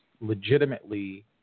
legitimately